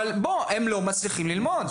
אבל הם לא מצליחים ללמוד.